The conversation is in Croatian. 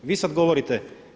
Vi sad govorite.